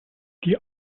die